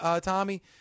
Tommy